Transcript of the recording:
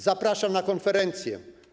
Zapraszam na konferencję.